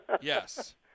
Yes